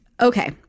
Okay